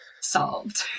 solved